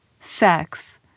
Sex